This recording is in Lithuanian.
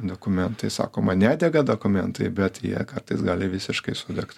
dokumentai sakoma nedega dokumentai bet jie kartais gali visiškai sudegt